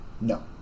No